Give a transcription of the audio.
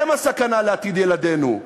הם הסכנה לעתיד ילדינו,